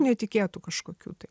netikėtų kažkokių tai